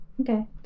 okay